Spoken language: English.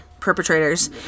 perpetrators